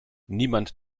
niemand